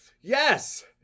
Yes